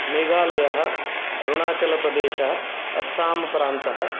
मेघालयः अरुणाचलप्रदेशः अस्सां प्रान्तः